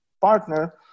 partner